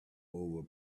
over